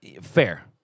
Fair